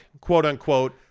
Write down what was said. quote-unquote